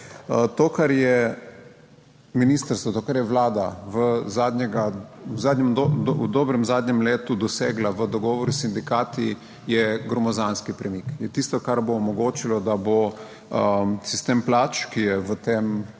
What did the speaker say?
to kar je Vlada v dobrem zadnjem letu dosegla v dogovoru s sindikati, je gromozanski premik, je tisto, kar bo omogočilo, da bo sistem plač, ki je v teh desetletjih